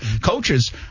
coaches